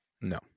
No